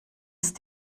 ist